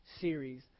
series